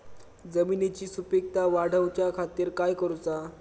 जमिनीची सुपीकता वाढवच्या खातीर काय करूचा?